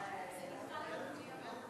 זה נדחה ליום רביעי הבא.